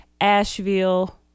Asheville